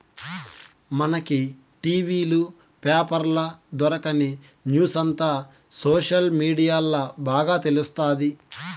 మనకి టి.వీ లు, పేపర్ల దొరకని న్యూసంతా సోషల్ మీడియాల్ల బాగా తెలుస్తాది